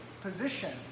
position